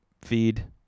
feed